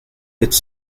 its